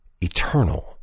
eternal